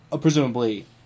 presumably